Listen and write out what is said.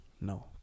No